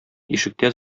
ишектә